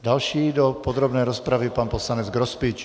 Další do podrobné rozpravy pan poslanec Grospič.